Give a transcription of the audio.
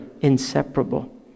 inseparable